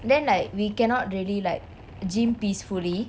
then like we cannot really like gym peacefully